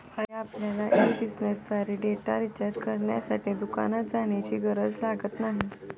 हल्ली आपल्यला ई बिझनेसद्वारे डेटा रिचार्ज करण्यासाठी दुकानात जाण्याची गरज लागत नाही